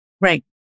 Right